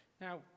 Now